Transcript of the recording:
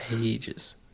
ages